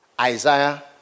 Isaiah